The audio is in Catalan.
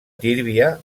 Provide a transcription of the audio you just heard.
tírvia